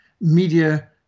media